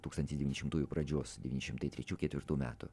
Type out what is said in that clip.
tūkstantis devyni šimtųjų pradžios devyni šimtai trečių ketvirtų metų